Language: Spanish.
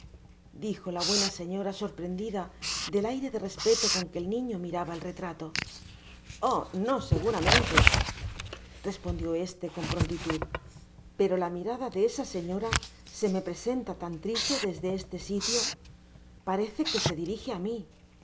dijo la buena señorá sorprendida del aire de respeto con que el niño miraba el retrato oh no seguramente respondió este con prontitud pero la mirada de esa señora se me presenta tan triste desde este sitio parece que se dirije á mi